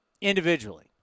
Individually